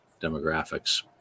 Demographics